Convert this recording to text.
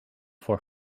voor